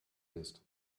ist